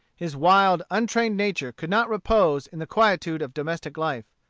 his wild, untrained nature could not repose in the quietude of domestic life.